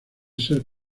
ser